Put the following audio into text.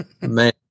man